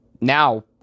Now